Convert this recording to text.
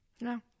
no